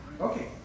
Okay